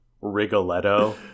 rigoletto